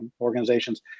organizations